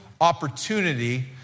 opportunity